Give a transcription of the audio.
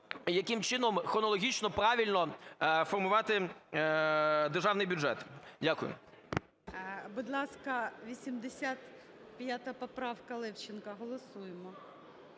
яким чином хронологічно правильно формувати Державний бюджет. Дякую. ГОЛОВУЮЧИЙ. Будь ласка, 85 поправка Левченка, голосуємо.